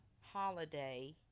holiday